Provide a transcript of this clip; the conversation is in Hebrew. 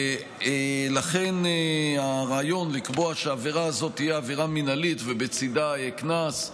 ולכן הרעיון לקבוע שהעבירה הזו תהיה עבירה מינהלית ובצידה קנס,